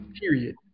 period